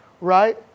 Right